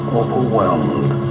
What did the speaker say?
overwhelmed